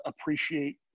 appreciate